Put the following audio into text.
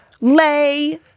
lay